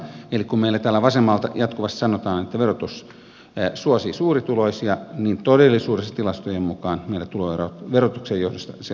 eli kun meillä täällä vasemmalta jatkuvasti sanotaan että verotus suosii suurituloisia niin todellisuudessa tilastojen mukaan meillä tuloerot verotuksen johdosta selvästi kaventuvat